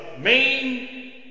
main